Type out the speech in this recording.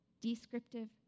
Descriptive